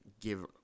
give